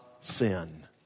sin